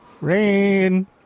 Rain